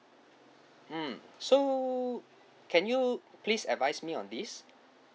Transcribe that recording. mm so can you please advise me on this